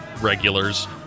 regulars